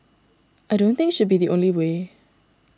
I don't think should be the only way